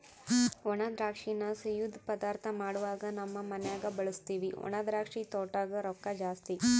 ಒಣದ್ರಾಕ್ಷಿನ ಸಿಯ್ಯುದ್ ಪದಾರ್ಥ ಮಾಡ್ವಾಗ ನಮ್ ಮನ್ಯಗ ಬಳುಸ್ತೀವಿ ಒಣದ್ರಾಕ್ಷಿ ತೊಟೂಗ್ ರೊಕ್ಕ ಜಾಸ್ತಿ